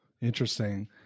Interesting